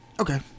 okay